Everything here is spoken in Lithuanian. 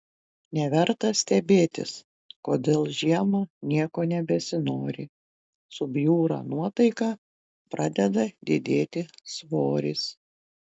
neverta stebėtis kodėl žiemą nieko nebesinori subjūra nuotaika pradeda didėti svoris